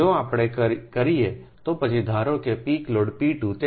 જો આપણે કરીએતો પછી ધારો કે પીક લોડ P2